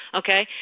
okay